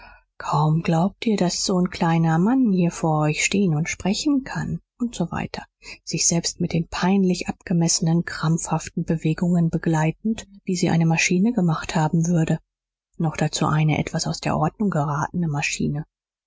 kaum glaubt ihr daß so'n kleiner mann hier vor euch stehn und sprechen kann usw sich selbst mit den peinlich abgemessenen krampfhaften bewegungen begleitend wie sie eine maschine gemacht haben würde noch dazu eine etwas aus der ordnung geratene maschine